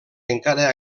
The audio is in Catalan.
encara